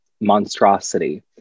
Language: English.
monstrosity